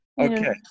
Okay